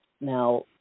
Now